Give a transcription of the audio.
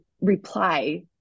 reply